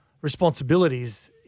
responsibilities –